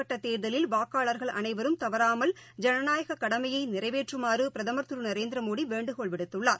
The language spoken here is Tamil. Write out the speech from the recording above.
கட்டதேர்தலில் வாக்காளர்கள் அனைவரும் இந்தஜந்தாம் தவறாமல் ஜனநாயகக் கடமையைநிறைவேற்றுமாறுபிரதமா் திருநரேந்திரமோடிவேண்டுகோள் விடுத்துள்ளார்